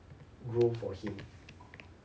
grow for him